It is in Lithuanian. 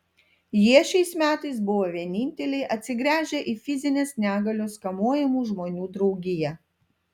jie šiais metais buvo vieninteliai atsigręžę į fizinės negalios kamuojamų žmonių draugiją